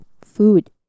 Food